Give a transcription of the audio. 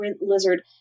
Lizard